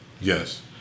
Yes